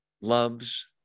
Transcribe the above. loves